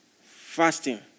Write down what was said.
fasting